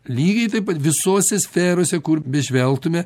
lygiai taip pat visose sferose kur bežvelgtume